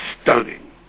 stunning